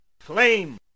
flame